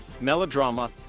melodrama